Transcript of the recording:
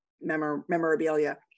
memorabilia